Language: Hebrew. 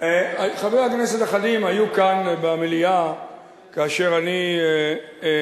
חברי כנסת אחדים היו כאן במליאה כאשר אני השבתי